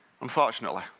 Unfortunately